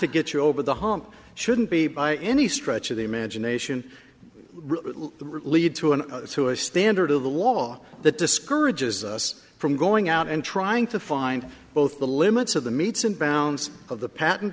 to get you over the hump shouldn't be by any stretch of the imagination lead to an to a standard of the law that discourages us from going out and trying to find both the limits of the meets and bounds of the patent